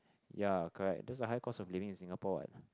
ya correct there's a high cost of living in Singapore what